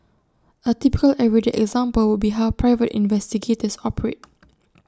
A typical everyday example would be how private investigators operate